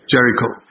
Jericho